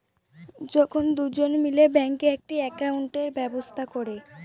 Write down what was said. যখন দুজন মিলে ব্যাঙ্কে একটি একাউন্টের ব্যবস্থা করে